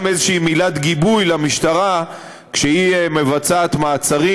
איזושהי מילת גיבוי למשטרה כשהיא מבצעת מעצרים.